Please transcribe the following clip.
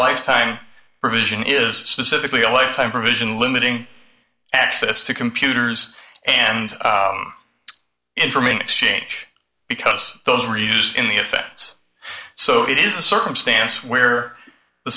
life time provision is specifically a lifetime provision limiting access to computers and information exchange because those were used in the effects so it is a circumstance where the